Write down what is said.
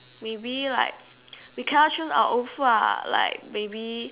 maybe like we cannot choose our own food ah like maybe